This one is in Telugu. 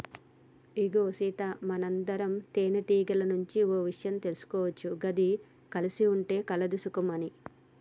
ఇగో సీత మనందరం తేనెటీగల నుండి ఓ ఇషయం తీసుకోవచ్చు గది కలిసి ఉంటే కలదు సుఖం అని